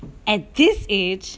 at this age